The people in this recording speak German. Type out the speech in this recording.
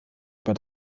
über